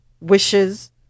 wishes